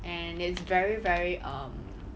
and it's very very um